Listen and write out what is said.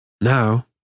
Now